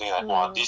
mm